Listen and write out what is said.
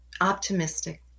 Optimistic